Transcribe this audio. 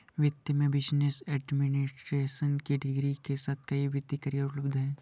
वित्त में business administration की डिग्री के साथ कई वित्तीय करियर उपलब्ध हैं